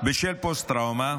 בשל פוסט-טראומה,